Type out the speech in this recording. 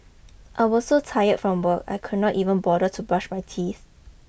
I was so tired from work I could not even bother to brush my teeth